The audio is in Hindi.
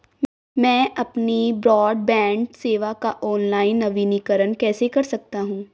मैं अपनी ब्रॉडबैंड सेवा का ऑनलाइन नवीनीकरण कैसे कर सकता हूं?